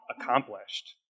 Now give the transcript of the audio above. accomplished